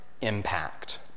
impact